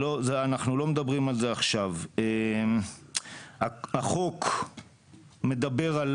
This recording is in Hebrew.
אנחנו לא מדברים על זה עכשיו, החוק מדבר על